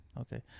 Okay